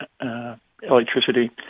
electricity